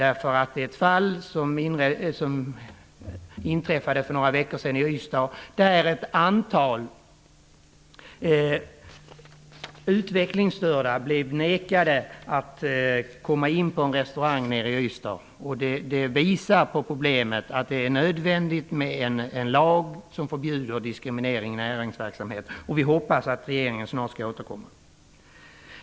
För några veckor sedan inträffade ett fall i Ystad där ett antal utvecklingsstörda blev nekade att komma in på en restaurang. Detta påvisar problemet. Det är nödvändigt med en lag som förbjuder diskriminering i näringsverksamhet. Vi hoppas att regeringen snart skall återkomma.